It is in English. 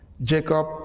Jacob